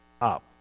up